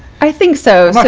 i think so.